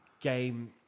game